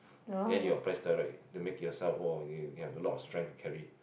then you're press here right to make yourself you have a lot of strength to carry